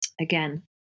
again